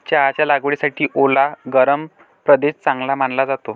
चहाच्या लागवडीसाठी ओला गरम प्रदेश चांगला मानला जातो